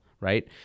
right